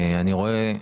אני רואה,